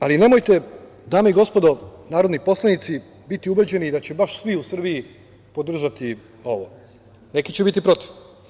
Ali, dame i gospodo narodni poslanici, nemojte biti ubeđeni da će baš svi u Srbiji podržati ovo, neki će biti protiv.